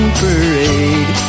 parade